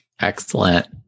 excellent